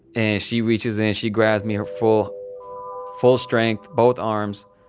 and, she reaches in, she grabs me, her full full strength, both arms,